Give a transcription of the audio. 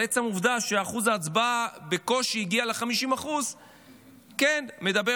אבל עצם העובדה שאחוז ההצבעה בקושי הגיע ל-50% כן מדבר